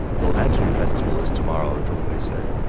the lantern festival is tomorrow, zhong hui said.